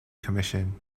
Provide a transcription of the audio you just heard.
commission